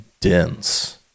dense